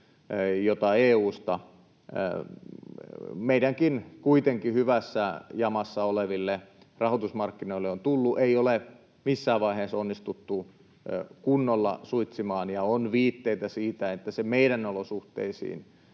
jota EU:sta kuitenkin meidänkin hyvässä jamassa oleville rahoitusmarkkinoille on tullut, ei ole missään vaiheessa onnistuttu kunnolla suitsimaan, ja on viitteitä siitä, että se meidän olosuhteisiin